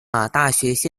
大学